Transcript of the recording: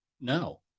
No